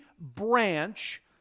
branch